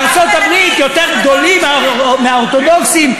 בארצות-הברית הם יותר גדולים מהאורתודוקסים,